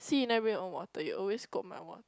see you never bring your own water you always kope my one